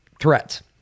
threats